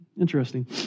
Interesting